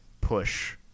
push